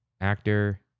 actor